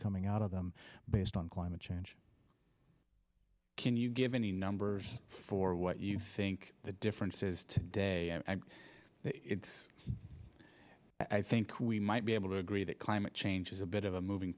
coming out of them based on climate change can you give any numbers for what you think the difference is today it i think we might be able to agree that climate change is a bit of a moving